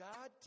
God